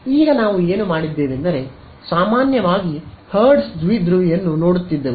ಆದ್ದರಿಂದ ಈಗ ನಾವು ಏನು ಮಾಡಿದ್ದೇವೆಂದರೆ ಸಾಮಾನ್ಯವಾಗಿ ಹರ್ಟ್ಜ್ ದ್ವಿಧ್ರುವಿಯನ್ನು ನೋಡುತ್ತಿದ್ದೆವು